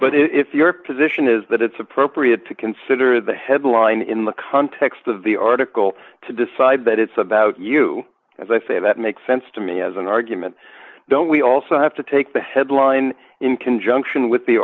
but if your position is that it's appropriate to consider the headline in the context of the article to decide that it's about you as i say that makes sense to me as an argument don't we also have to take the headline in conjunction with the